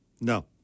No